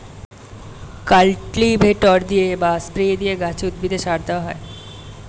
cultivator দিয়ে বা spray দিয়ে গাছে, উদ্ভিদে সার দেওয়া হয়